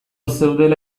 zeudela